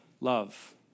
love